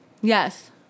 Yes